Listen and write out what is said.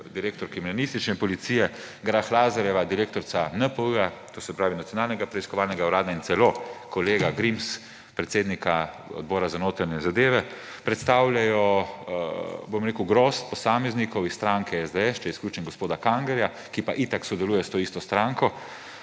direktor Uprave kriminalistične policije, Grah Lazarjeva – direktorica NPU, to se pravi Nacionalnega preiskovalnega urada; in celo kolega Grims – predsednik Odbora za notranje zadeve; predstavljajo, bom rekel, grozd posameznikov iz stranke SDS, če izključim gospoda Kanglerja, ki pa itak sodeluje s to isto stranko